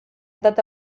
data